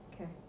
okay